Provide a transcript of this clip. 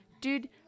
Dude